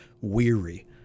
weary